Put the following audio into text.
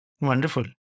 Wonderful